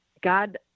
God